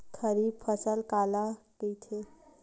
खरीफ फसल काला कहिथे?